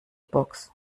box